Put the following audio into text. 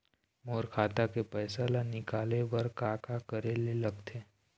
मोर खाता के पैसा ला निकाले बर का का करे ले लगथे?